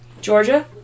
Georgia